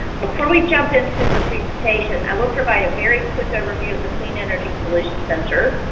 before we jump into her presentation, i will provide a very quick overview of the clean energy solution center.